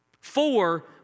Four